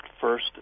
first